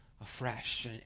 afresh